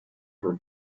her